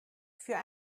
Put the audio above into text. für